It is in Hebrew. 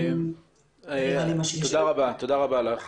תודה רבה לך.